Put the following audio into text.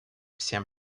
всем